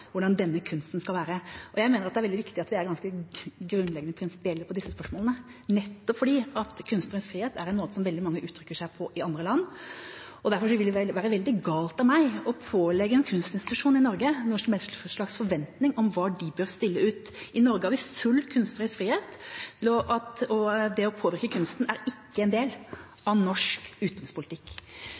hvordan det skal være. Jeg mener det er veldig viktig at vi er ganske grunnleggende prinsipielle på disse spørsmålene, nettopp fordi kunstnerisk frihet er en måte som veldig mange uttrykker seg på i andre land. Derfor ville det være veldig galt av meg å pålegge en kunstinstitusjon i Norge noen som helst slags forventning om hva de bør stille ut. I Norge har vi full kunstnerisk frihet. Det å påvirke kunsten er ikke en del av norsk utenrikspolitikk.